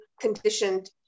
conditioned